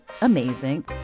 amazing